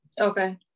okay